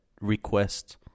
request